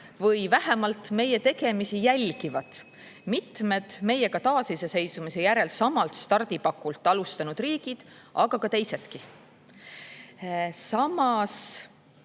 või vähemalt meie tegemisi jälgivad mitmed meiega taasiseseisvumise järel samalt stardipakult alustanud riigid, aga teisedki. Samas,